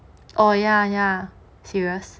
oh ya ya serious